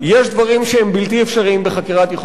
יש דברים שהם בלתי אפשריים בחקירת יכולת.